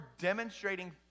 demonstrating